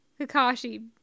Kakashi